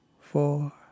four